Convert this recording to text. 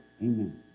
Amen